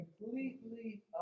Completely